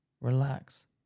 relax